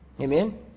Amen